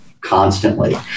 constantly